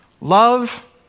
love